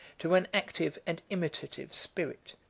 to an active and imitative spirit,